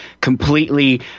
completely